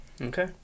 Okay